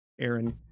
aaron